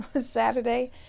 saturday